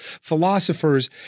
philosophers